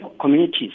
Communities